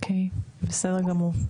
אוקיי, בסדר גמור.